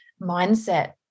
mindset